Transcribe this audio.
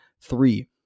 Three